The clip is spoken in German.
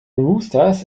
roosters